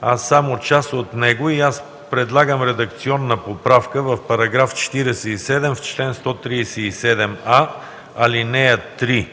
а само част от него. Аз предлагам редакционна поправка в § 47, в чл. 137а, ал. 3: